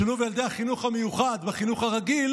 שילוב ילדי החינוך המיוחד בחינוך הרגיל